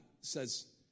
says